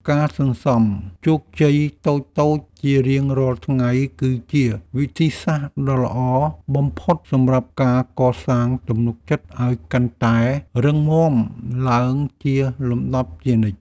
ការសន្សំជោគជ័យតូចៗជារៀងរាល់ថ្ងៃគឺជាវិធីសាស្ត្រដ៏ល្អបំផុតសម្រាប់ការកសាងទំនុកចិត្តឱ្យកាន់តែរឹងមាំឡើងជាលំដាប់ជានិច្ច។